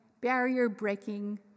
barrier-breaking